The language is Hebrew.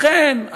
לכן,